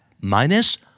minus